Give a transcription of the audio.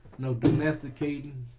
no domesticating.